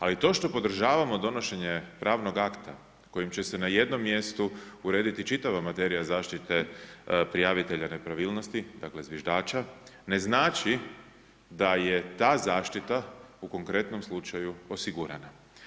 Ali to što podržavamo donošenje pravnog akta kojim će se na jednom mjestu urediti čitava materija zaštite prijavitelja nepravilnosti dakle zviždača ne znači da je ta zaštita u konkretnom slučaju osigurana.